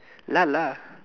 lah lah